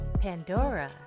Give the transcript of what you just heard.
Pandora